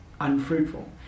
unfruitful